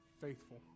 faithful